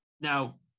Now